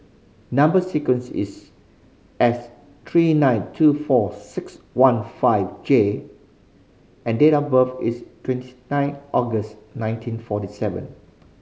number sequence is S three nine two four six one five J and date of birth is nine August nineteen forty seven